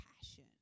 passion